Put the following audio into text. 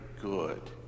good